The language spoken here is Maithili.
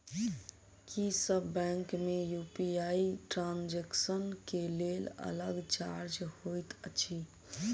की सब बैंक मे यु.पी.आई ट्रांसजेक्सन केँ लेल अलग चार्ज होइत अछि?